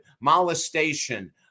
molestation